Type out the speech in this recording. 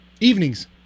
Evenings